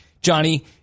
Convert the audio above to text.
johnny